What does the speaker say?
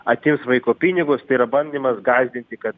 atims vaiko pinigus tai yra bandymas gąsdinti kad